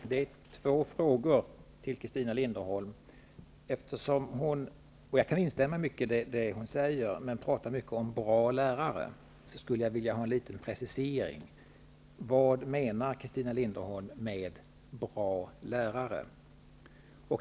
Fru talman! Jag har två frågor till Christina Linderholm. Jag kan instämma i mycket av det hon säger. Eftersom hon pratar mycket om bra lärare skulle jag vilja ha en precisering: Vad menar Christina Linderholm med en bra lärare?